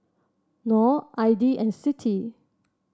Nor Aidil and Siti